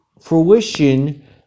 fruition